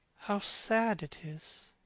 how sad it is!